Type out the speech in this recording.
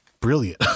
brilliant